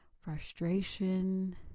frustration